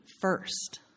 first